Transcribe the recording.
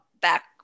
back